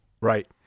Right